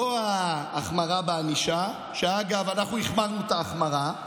לא ההחמרה בענישה, אגב, אנחנו החמרנו את ההחמרה,